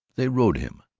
they rode him.